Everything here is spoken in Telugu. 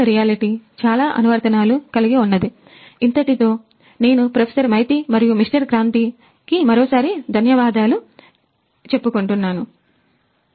0 కలిగి ఉన్నది ఇంతటితో నేను ప్రొఫెసర్ మైతి మరియు మిస్టర్ క్రాంతికి మరోసారి ధన్యవాదాలు చెప్పాలనుకుంటున్నాను